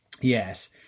Yes